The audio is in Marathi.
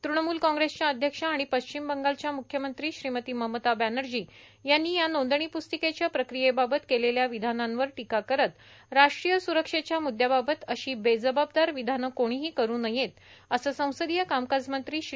तुणमूल काँग्रेसच्या अध्यक्षा आणि पश्चिम बंगालच्या मूख्यमंत्री श्रीमती ममता बॅनर्जी यांनी या नोंदणी पुस्तिकेच्या प्रक्रियेबाबत केलेल्या विधानांवर टीका करत राष्ट्रीय स्ररक्षेच्या मुद्याबाबत अशी बेजबाबदार विधानं कोणीही करू नयेत असं संसदीय कामकाजमंत्री श्री